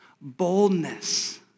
boldness